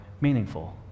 meaningful